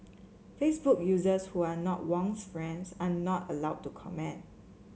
Facebook users who are not Wong's friends are not allowed to comment